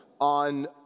on